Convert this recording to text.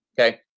okay